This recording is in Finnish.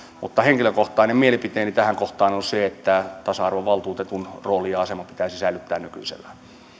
mutta henkilökohtainen mielipiteeni tähän kohtaan on se että tasa arvovaltuutetun rooli ja asema pitäisi säilyttää nykyisellään